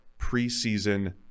preseason